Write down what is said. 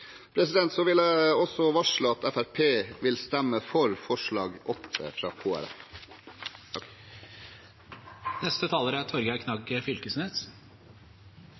vil også varsle at Fremskrittspartiet vil stemme for forslag nr. 8, fra